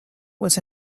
was